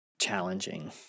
challenging